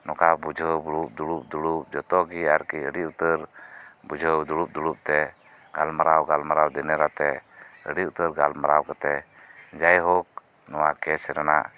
ᱱᱚᱠᱟ ᱵᱩᱡᱷᱟᱹᱣ ᱫᱩᱲᱩᱵ ᱫᱩᱲᱩᱵ ᱡᱚᱛᱚ ᱜᱮ ᱟᱨᱠᱤ ᱟᱹᱰᱤ ᱩᱛᱟᱹᱨ ᱵᱩᱡᱷᱟᱹᱣ ᱫᱩᱲᱩᱵ ᱫᱩᱲᱩᱵᱛᱮ ᱜᱟᱞᱢᱟᱨᱟᱣ ᱜᱟᱞᱢᱟᱨᱟᱣ ᱫᱤᱱᱮ ᱨᱟᱛᱮ ᱟᱹᱰᱤ ᱩᱛᱟᱹᱨ ᱜᱟᱞᱢᱟᱨᱟᱣ ᱠᱟᱛᱮ ᱡᱟᱭᱦᱳᱠ ᱱᱚᱶᱟ ᱠᱮᱥ ᱨᱮᱱᱟᱜ